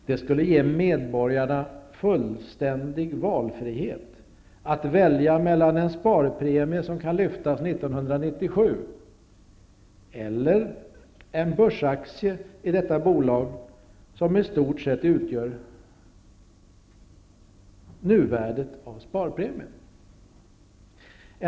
Det skulle ge medborgarna fullständig valfrihet att välja mellan en sparpremie som kan lyftas 1997 eller en börsaktie i detta bolag som i stort sett utgör nuvärdet av sparpremien.